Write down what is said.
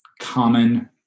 common